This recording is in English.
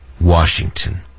Washington